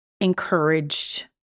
encouraged